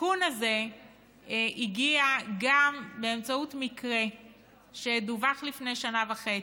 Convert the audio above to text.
התיקון הזה הגיע גם באמצעות מקרה שדווח לפני שנה וחצי,